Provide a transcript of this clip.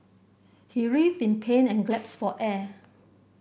he writhed in pain and gasped for air